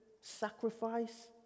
sacrifice